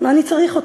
מה אני צריך אותך?